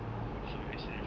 good for yourself